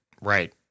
right